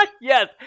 Yes